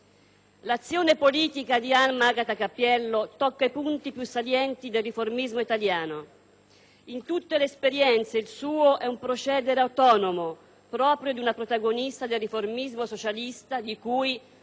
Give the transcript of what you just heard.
L'azione politica di Alma Agata Cappiello tocca i punti più salienti del riformismo italiano. In tutte le esperienze il suo è un procedere autonomo, proprio di una protagonista del riformismo socialista di cui,